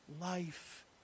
life